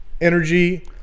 energy